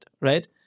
right